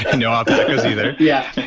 ah no alpaca's either. yeah